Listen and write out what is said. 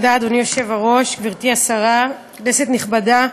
אדוני היושב-ראש, תודה, גברתי השרה, כנסת נכבדה,